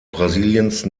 brasiliens